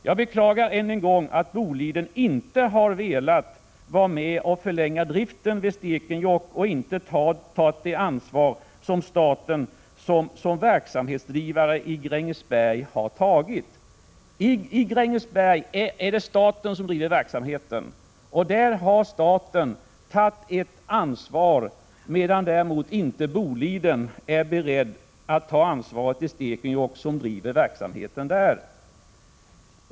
Jag beklagar än en gång att Boliden inte har velat vara med och förlänga driften vid Stekenjokk och att Boliden inte tar det ansvar som staten gör i Grängesberg. I Grängesberg är det staten som driver verksamheten, och där harstaten tagit sitt ansvar medan däremot Boliden, som driver verksamheten i Stekenjokk, inte är beredd att ta ansvaret för verksamheten där.